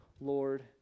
Lord